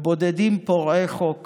בודדים פורעי חוק